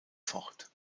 fort